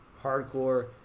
hardcore